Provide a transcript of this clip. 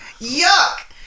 Yuck